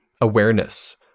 awareness